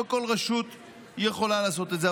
לא כל רשות יכולה לעשות את זה,